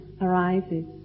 arises